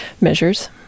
measures